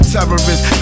Terrorists